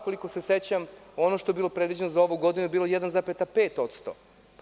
Koliko se sećam, ono što je bilo predviđeno za ovu godinu bilo je 1,5%